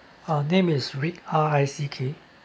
uh name is rick R I C K